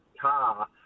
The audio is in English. car